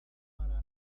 para